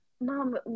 mom